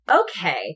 okay